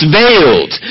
veiled